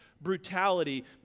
brutality